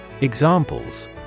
Examples